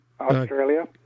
Australia